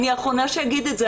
אני האחרונה שאגיד את זה,